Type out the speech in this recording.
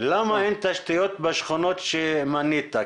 למה אין תשתיות בשכונות שמנית?